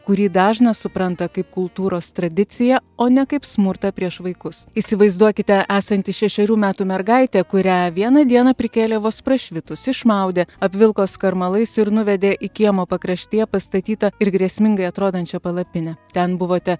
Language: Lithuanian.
kurį dažnas supranta kaip kultūros tradiciją o ne kaip smurtą prieš vaikus įsivaizduokite esantys šešerių metų mergaitė kurią vieną dieną prikėlė vos prašvitus išmaudė apvilko skarmalais ir nuvedė į kiemo pakraštyje pastatytą ir grėsmingai atrodančią palapinę ten buvote